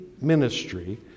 ministry